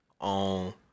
on